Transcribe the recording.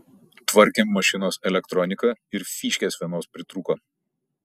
tvarkėm mašinos elektroniką ir fyškės vienos pritrūko